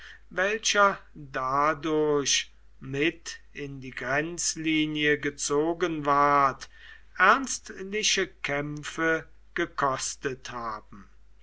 welcher dadurch mit in die grenzlinie gezogen ward ernstliche kämpfe gekostet haben